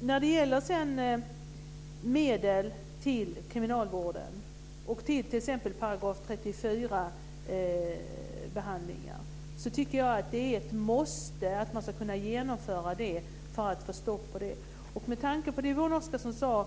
Vad gäller medel till kriminalvården och till t.ex. § 34-behandlingar tycker jag att det är ett måste att man ska kunna ge medel för att genomföra det här och få stopp på det hela. Med tanke på det som Yvonne Oscarsson sade om